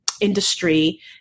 industry